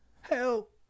Help